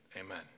amen